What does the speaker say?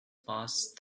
passed